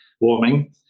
warming